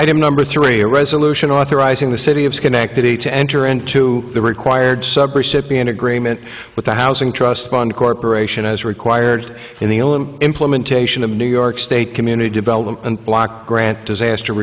item number three a resolution authorizing the city of schenectady to enter into the required sub recipient agreement with the housing trust fund corporation as required in the only implementation of the new york state community development block grant disaster